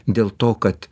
dėl to kad